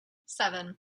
seven